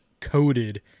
coated